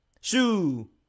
Shoo